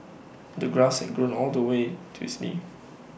the grass had grown all the way to his knees